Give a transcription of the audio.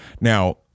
Now